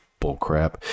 bullcrap